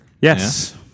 Yes